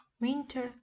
Winter